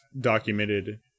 documented